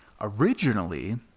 Originally